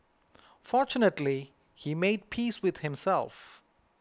fortunately he made peace with himself